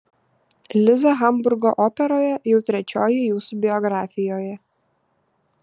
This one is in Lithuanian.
liza hamburgo operoje jau trečioji jūsų biografijoje